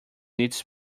needs